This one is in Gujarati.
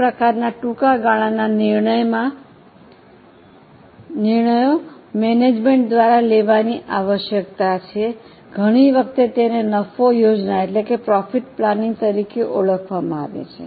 આ પ્રકારના ટૂંકા ગાળાના નિર્ણયો મેનેજમેંટ દ્વારા લેવાની આવશ્યકતા છે ઘણી વખતે તેને નફો યોજના તરીકે ઓળખવામાં આવે છે